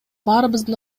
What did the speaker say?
баарыбыздын